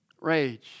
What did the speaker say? Rage